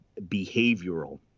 behavioral